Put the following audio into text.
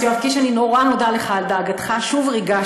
כן, כי יש לך, יש לו עוד עשר דקות לדבר, את לוקחת